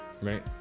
right